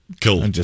Cool